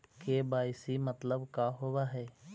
KYC मतलब का होव हइ?